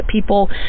people